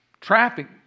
traffic